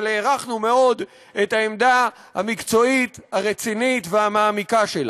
אבל הערכנו מאוד את העמדה המקצועית הרצינית והמעמיקה שלה.